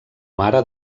mare